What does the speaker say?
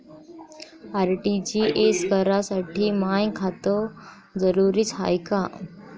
RTGS करासाठी माय खात असनं जरुरीच हाय का?